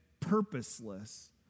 purposeless